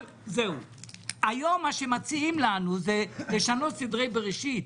היום מה שמציעים לנו זה לשנות סדרי בראשית.